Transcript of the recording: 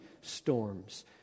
storms